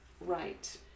Right